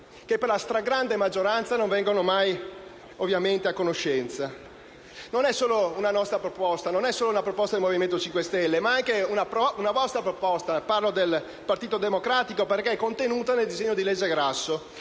cui, per la stragrande maggioranza, non si è mai a conoscenza. Non è solo una nostra proposta, non è solo una proposta del Movimento 5 Stelle, ma anche una vostra proposta (parlo del Partito Democratico), perché è contenuta nel disegno di legge Grasso